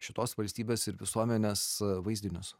šitos valstybės ir visuomenės vaizdinius